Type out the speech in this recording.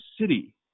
City